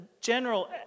general